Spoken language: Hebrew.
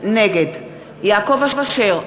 נגד יעקב אשר,